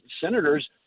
senators